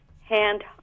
hand